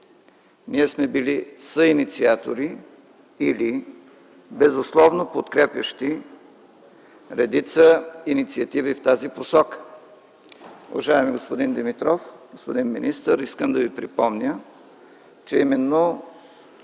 Ние сме били съинициатори или безусловно подкрепящи редица инициативи в тази посока. Уважаеми господин Димитров, госпожо министър, искам да ви припомня, че именно